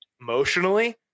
emotionally